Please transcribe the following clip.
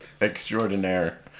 extraordinaire